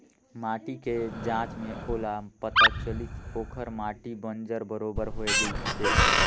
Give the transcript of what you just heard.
माटी के जांच में ओला पता चलिस ओखर माटी बंजर बरोबर होए गईस हे